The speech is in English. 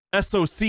SOC